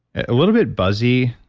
a little bit buzzy,